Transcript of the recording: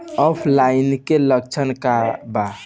ऑफलाइनके लक्षण क वा?